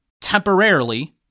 temporarily